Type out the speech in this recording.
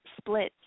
splits